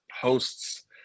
hosts